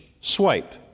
swipe